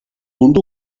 mundu